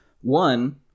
One